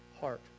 heart